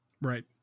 Right